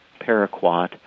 paraquat